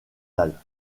dalles